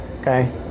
okay